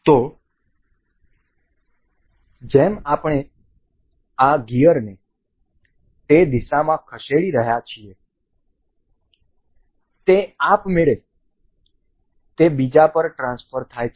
તેથી જેમ આપણે આ ગિયરને તે દિશામાં ખસેડી રહ્યા છીએ તે આપમેળે તે બીજા પર ટ્રાન્સફર થાય છે